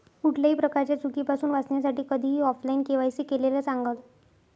कुठल्याही प्रकारच्या चुकीपासुन वाचण्यासाठी कधीही ऑफलाइन के.वाय.सी केलेलं चांगल